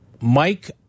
Mike